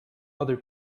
other